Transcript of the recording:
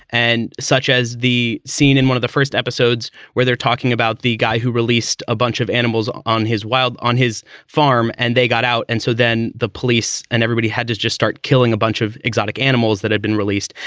and such as the scene in one of the first episodes where they're talking about the guy who released a bunch of animals on his wild on his farm and they got out. and so then the police and everybody had to just start killing a bunch of exotic animals that had been released.